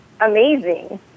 amazing